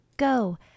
Go